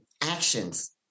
actions